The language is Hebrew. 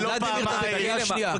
ולדימיר, אתה בקריאה שניה.